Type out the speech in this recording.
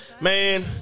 Man